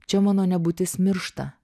čia mano nebūtis miršta